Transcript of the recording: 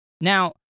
Now